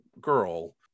girl